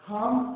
Come